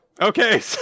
Okay